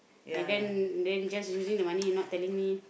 and then then just using the money and not telling me